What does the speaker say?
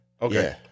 Okay